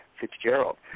Fitzgerald